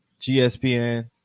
GSPN